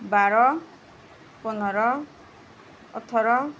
বাৰ পোন্ধৰ ওঠৰ